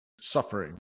suffering